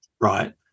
Right